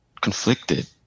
conflicted